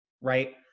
right